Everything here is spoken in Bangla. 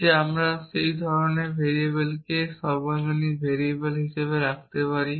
যে আমরা কেবল সেই ধরণের ভেরিয়েবলগুলিকে সর্বজনীন ভেরিয়েবল হিসাবে রাখতে পারি